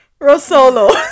Rosolo